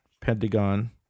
pentagon